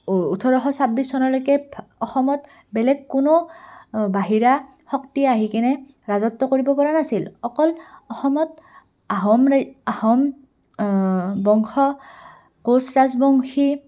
ওঠৰশ ছাব্বিছ চনলৈকে অসমত বেলেগ কোনো বাহিৰা শক্তি আহি কিনে ৰাজত্ব কৰিব পৰা নাছিল অকল অসমত আহোম ৰা আহোম বংশ কৌচ ৰাজবংশী